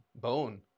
bone